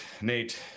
Nate